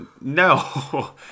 No